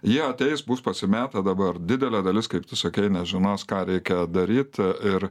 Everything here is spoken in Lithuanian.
jie ateis bus pasimetę dabar didelė dalis kaip tu sakei nežinos ką reikia daryti ir